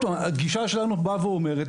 שוב, הגישה שלנו באה ואומרת